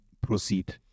proceed